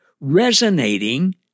resonating